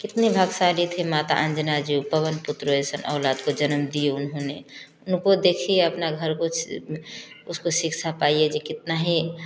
कितनी भाग्यशाली थे माता अंजना जी पवन पुत्र ऐसे औलाद को जन्म दिए उन्होंने उनको देखिए अपना घर को उसको शिक्षा पाए जो कितना ही